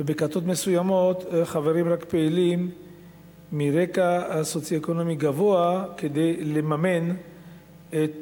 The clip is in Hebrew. ובכתות מסוימות חברים רק פעילים מרקע סוציו-אקונומי גבוה כדי לממן את